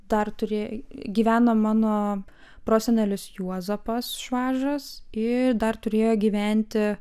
dar turė gyveno mano prosenelis juozapas švažas ir dar turėjo gyventi